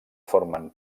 formen